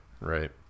right